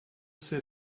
ser